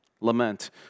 Lament